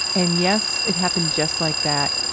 and yes, it happened just like that.